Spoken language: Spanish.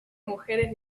mujeres